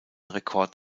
rekord